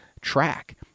track